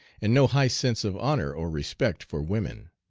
and no high sense of honor or respect for women.